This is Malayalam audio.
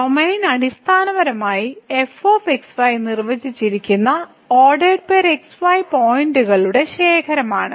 ഡൊമെയ്ൻ അടിസ്ഥാനപരമായി fxy നിർവചിച്ചിരിക്കുന്ന xy പോയിന്റുകളുടെ ശേഖരമാണ്